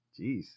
Jeez